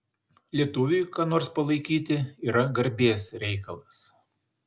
lietuviui ką nors palaikyti yra garbės reikalas